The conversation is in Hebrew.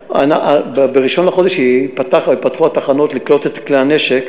ב-1 בחודש ייפתחו התחנות לקלוט את כלי הנשק.